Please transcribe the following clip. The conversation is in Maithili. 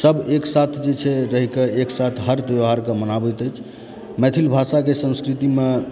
सब एकसाथ जे छै रही कऽ एकसाथ हर त्यौहारके मनाबैत अछि मैथिल भाषाके संस्कृतिमे